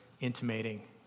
intimating